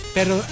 Pero